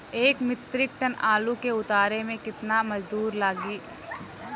एक metric ton आलू के उतारे मे कितना मजदूर लागि?